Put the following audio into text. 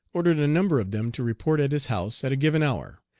ordered a number of them to report at his house at a given hour.